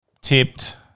tipped